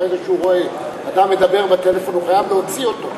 ברגע שהוא רואה אדם מדבר בטלפון הוא חייב להוציא אותו.